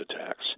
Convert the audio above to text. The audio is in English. attacks